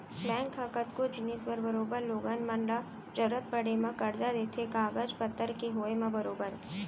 bank ह कतको जिनिस बर बरोबर लोगन मन ल जरुरत पड़े म करजा देथे कागज पतर के होय म बरोबर